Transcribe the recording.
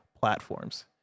platforms